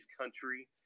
country